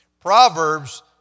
Proverbs